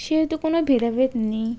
সেহেতু কোনও ভেদাভেদ নেই